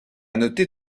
noter